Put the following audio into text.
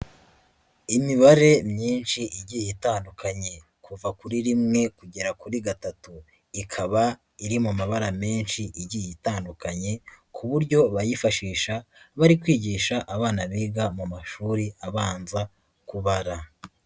Imibare myinshi igiye itandukanye. Kuva kuri rimwe, kugera kuri gatatu. Ikaba iri mu mabara menshi igiye itandukanye ku buryo bayifashisha bari kwigisha abana biga mu mashuri abanza kubara.